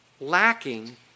lacking